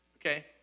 okay